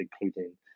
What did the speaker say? including